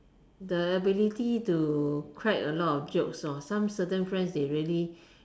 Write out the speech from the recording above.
the ability to crack a lot of jokes lor some certain friends they really